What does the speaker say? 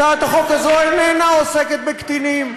הצעת החוק הזאת איננה עוסקת בקטינים.